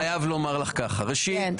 אני קודם כול חייב לומר לך ככה: ראשית,